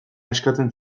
eskatzen